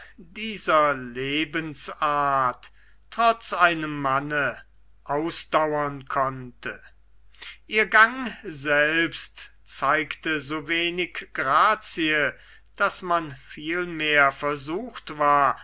dieser lebensart trotz einem manne ausdauern konnte ihr gang selbst zeigte so wenig weibliche grazie daß man viel mehr versucht war